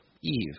Eve